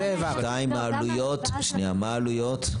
מה העלויות,